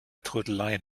trödeleien